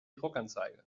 druckanzeige